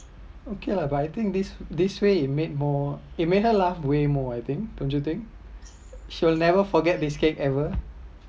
okay lah but I think this this way it make more it make her laugh way more I think don't you think she never forget this cake ever